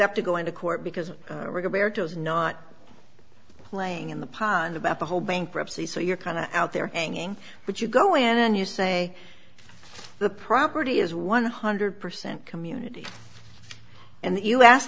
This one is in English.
have to go into court because we're go bare toes not playing in the pond about the whole bankruptcy so you're kind of out there hanging but you go in and you say the property is one hundred percent community and you ask